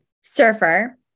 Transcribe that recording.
surfer